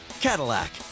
Cadillac